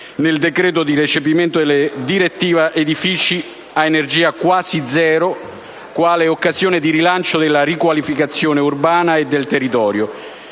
nel decreto-legge di recepimento della direttiva edifici a energia quasi zero quale occasione di rilancio della riqualificazione urbana e del territorio,